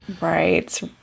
right